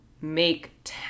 make